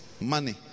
Money